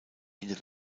hinter